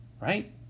right